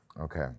Okay